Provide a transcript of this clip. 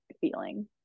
feeling